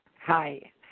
hi